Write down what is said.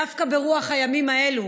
דווקא ברוח הימים האלה,